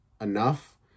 enough